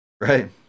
Right